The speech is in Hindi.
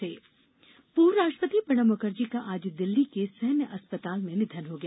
प्रणब निधन पूर्व राष्ट्रपति प्रणब मुखर्जी का आज दिल्ली के सैन्य अस्पताल में निधन हो गया